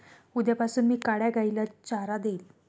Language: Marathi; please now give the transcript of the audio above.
उद्यापासून मी काळ्या गाईला चारा देईन